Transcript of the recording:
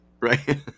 right